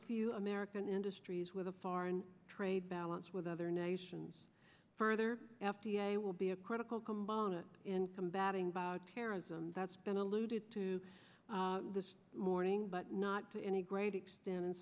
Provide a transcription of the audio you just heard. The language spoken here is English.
few american industries where the foreign trade balance with other nations further f d a will be a critical component in combating terrorism that's been alluded to this morning but not to any great extent and